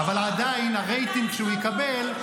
לא, שאלתי למה בן גביר לא מצביע איתם?